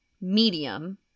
medium